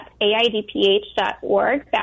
AIDPH.org